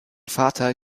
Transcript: vater